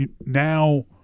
now